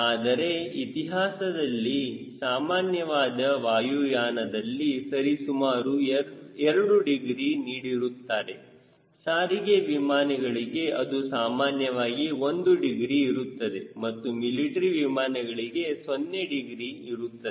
ಆದರೆ ಇತಿಹಾಸದಲ್ಲಿ ಸಾಮಾನ್ಯವಾದ ವಾಯುಯಾನದಲ್ಲಿ ಸರಿ ಸುಮಾರು 2 ಡಿಗ್ರಿ ನೀಡಿರುತ್ತಾರೆ ಸಾರಿಗೆ ವಿಮಾನಗಳಿಗೆ ಅದು ಸಾಮಾನ್ಯವಾಗಿ 1 ಡಿಗ್ರಿ ಇರುತ್ತದೆ ಮತ್ತು ಮಿಲಿಟರಿ ವಿಮಾನಗಳಿಗೆ 0 ಡಿಗ್ರಿ ಇರುತ್ತದೆ